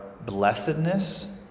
blessedness